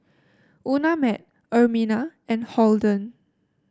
Unnamed Ermina and Holden